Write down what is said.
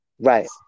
Right